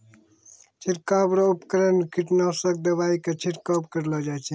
छिड़काव रो उपकरण कीटनासक दवाइ रो छिड़काव करलो जाय छै